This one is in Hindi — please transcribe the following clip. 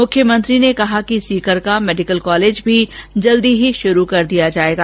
मुख्यमंत्री ने कहा कि सीकर का मेडिकल कॉलज भी जल्दी शुरू कर दिया जाएगा